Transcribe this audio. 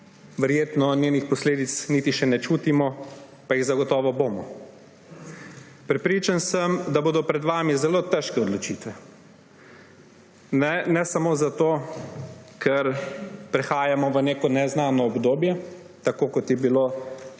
Verjetno njenih posledic niti še ne čutimo, pa jih zagotovo bomo. Prepričan sem, da bodo pred vami zelo težke odločitve. Ne samo zato, ker prehajamo v neko neznano obdobje, tako kot je bilo